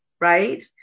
right